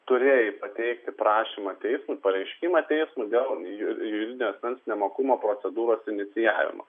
turėjai pateikti prašymą teismui pareiškimą teismui dėl juridinio asmens nemokumo procedūros inicijavimo